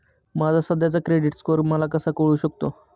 माझा सध्याचा credit score मला कसा कळू शकतो?